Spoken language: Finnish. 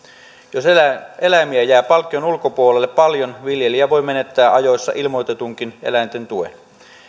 jos eläimiä jää palkkion ulkopuolelle paljon viljelijä voi menettää ajoissakin ilmoitettujen eläinten tuen